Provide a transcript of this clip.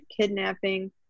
kidnapping